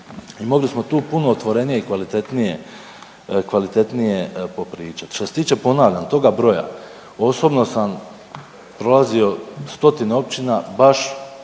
i mogli smo tu puno otvorenije i kvalitetnije popričat. Što se tiče, ponavljam, toga broja, osobno sam prolazio stotine općina baš